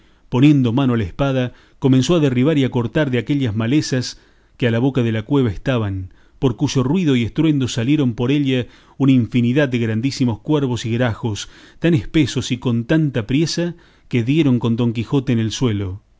poniendo mano a la espada comenzó a derribar y a cortar de aquellas malezas que a la boca de la cueva estaban por cuyo ruido y estruendo salieron por ella una infinidad de grandísimos cuervos y grajos tan espesos y con tanta priesa que dieron con don quijote en el suelo